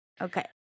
Okay